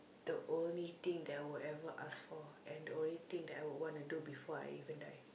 the only thing that I would ever ask for and the only thing that I would want to do before I even die